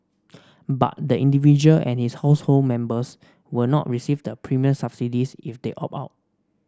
but the individual and his household members will not receive the premium subsidies if they opt out